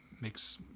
makes